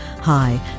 Hi